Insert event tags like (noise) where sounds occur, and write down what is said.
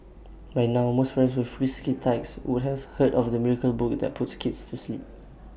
by now most (unintelligible) with frisky tykes would have heard of the miracle book that puts kids to sleep